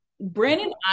Brandon